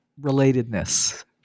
relatedness